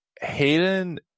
hayden